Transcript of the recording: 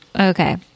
Okay